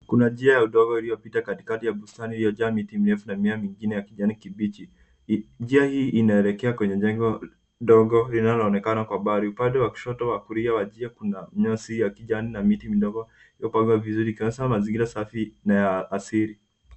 Kuna njia ya udongo iliyopita katikati ya bustani iliyojaa miti mirefu na mimea ingine ya kijani kibichi. Njia hii inaelekea kwenye jengo ndogo linaloonekana kwa mbali. Upande wa kushoto wa kulia wa njia kuna nyasi ya kijani na miti midogo ilipambwa vizuri ikionyesha mazingira safi na ya asili.